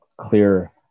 clear